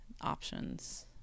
options